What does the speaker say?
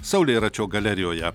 saulėračio galerijoje